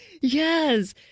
Yes